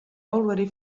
already